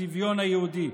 הצביון היהודי,